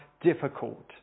difficult